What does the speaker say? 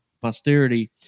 posterity